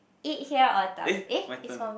eat here or da eh it's for me